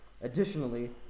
Additionally